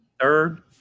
third